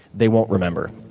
they won't remember.